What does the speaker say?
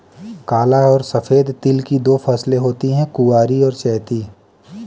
काला और सफेद तिल की दो फसलें होती है कुवारी और चैती